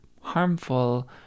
harmful